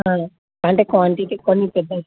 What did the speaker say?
అంటే క్వాంటిటీ కొన్ని పెద్దవి